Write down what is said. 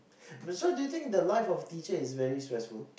but so do you think the life of teacher is very stressful